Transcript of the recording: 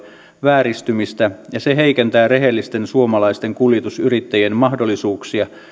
vääristymistä ja se heikentää rehellisten suomalaisten kuljetusyrittäjien mahdollisuuksia